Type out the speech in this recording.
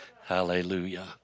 Hallelujah